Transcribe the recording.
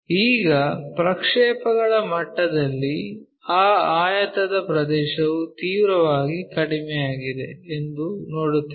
ಈಗ ಪ್ರಕ್ಷೇಪಗಳ ಮಟ್ಟದಲ್ಲಿ ಆ ಆಯತದ ಪ್ರದೇಶವು ತೀವ್ರವಾಗಿ ಕಡಿಮೆಯಾಗಿದೆ ಎಂದು ನೋಡುತ್ತೇವೆ